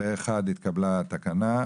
הצבעה אושר פה אחד התקבלו התקנות.